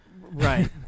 Right